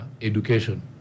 education